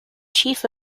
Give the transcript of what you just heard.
chief